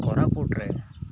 କୋରାପୁଟରେ